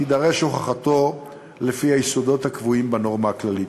תידרש הוכחתו לפי היסודות הקבועים בנורמה הכללית.